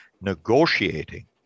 negotiating